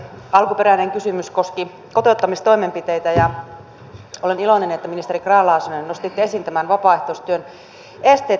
alkuperäinen kysymys koski kotouttamistoimenpiteitä ja olen iloinen että ministeri grahn laasonen nostitte esiin vapaaehtoistyön esteet